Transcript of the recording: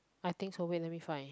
I think so wait let me find